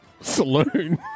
Saloon